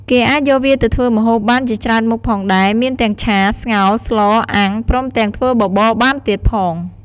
គេអាចយកវាទៅធ្វើម្ហូបបានជាច្រើនមុខផងដែរមានទាំងឆា ស្ងោរ ស្ល អាំង ព្រមទាំងធ្វើបបរបានទៀតផង។